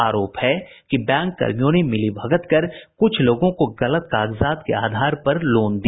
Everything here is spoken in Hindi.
आरोप है कि बैंक कर्मियों ने मिलीभगत कर कुछ लोगों को गलत कागजात के आधार पर लोन दिया